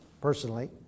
personally